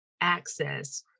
access